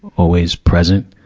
always present.